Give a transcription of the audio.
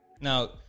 Now